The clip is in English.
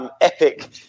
epic